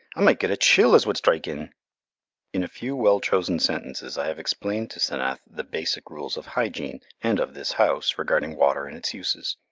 i might get a chill as would strike in in a few well-chosen sentences i have explained to senath the basic rules of hygiene and of this house regarding water and its uses.